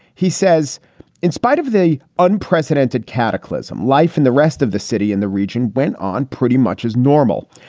he says in spite of the unprecedented cataclysm, life in the rest of the city and the region went on pretty much as normal.